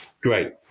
great